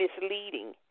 misleading